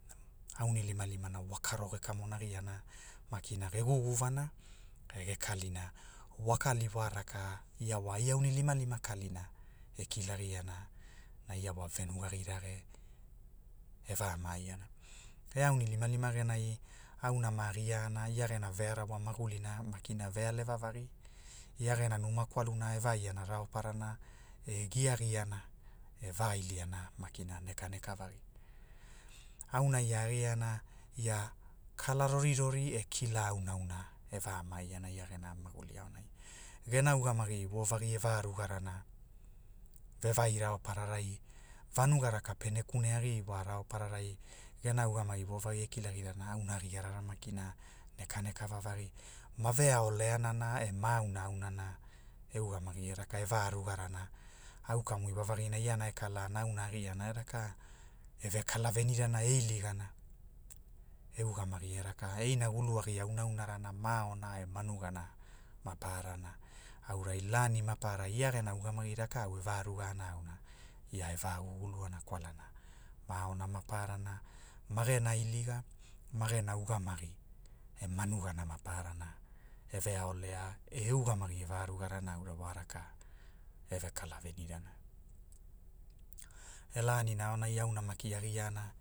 Aunilimalima wa karo ge kamonagiana, ge makina ge guguvana, e ge kalina, wa kali wa raka ia wa ai aunilimalima kalina e kilagiana, na ia wa venugai rage, e va maaina. E aunilimalima genai auna ma giana ia gena vearawa magulina maki vealeva vagi, ia gena numa kwaluna e vaiana raoparana, e giagiana, e vailiana makina neka neka vagi. Auna ia a giana ia, kala rorirori e kila auna auna, e va maaina ia gena maguli, aonai. Gena ugamagi wo vagi e va rugarana, ve vai raopararai, vanuga raka pene kune agi iwa raopararai, vanuga raka pene kune agi iwa raopararai gena ugamagi wovagi e kilagirana auna a giarana makina neka neka vavagi, ma veaoleana na e ma aunaaunana e ugamagi. e raka e va rugarana, au kamu iwavagina iana e kala auna a giana a raka, e rekaolo venira e iliging, ugamagi eraka e inagulu agi aunaaunarana maauna e ma nugana, map aranana aurai lani maparara ia gena ugamagu rakau e va rugana auna, ia e va guguluana kwalana, iliga, magene ugamagi, e ma nugana mapara, e veaolea e e ugamagi e varugara aura wa raka, eve kala venirana. E laninai aona auna maki agiana.